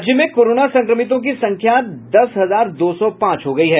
राज्य में कोरोना संक्रमितों की संख्या दस हजार दो सौ पांच हो गयी है